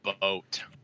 boat